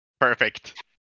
Perfect